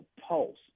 pulse